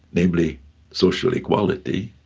namely social equality,